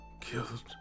killed